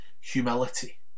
humility